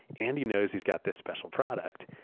andy knows he's got this special product.